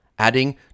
adding